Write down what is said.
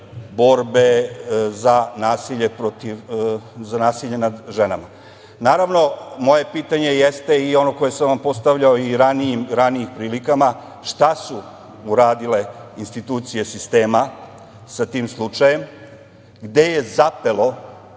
borbe protiv nasilja nad ženama. Naravno, moje pitanje jeste ono koje sam vam postavljao i u ranijim prilikama. Šta su uradile institucije sistema sa tim slučajem? Gde je zapelo